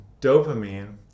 dopamine